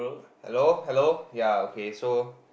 hello hello ya okay so